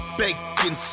bacon